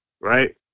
Right